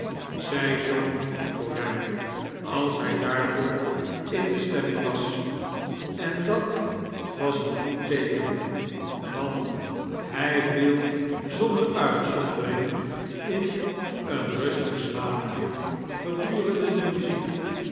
zij zong voor hem als hij daarvoor in de stemming was en dat was een goed teeken want hij viel zonder uitzondering in een rustig slaapje gedurende de muziek